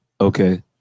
Okay